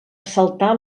saltar